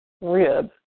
rib